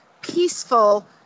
peaceful